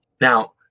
Now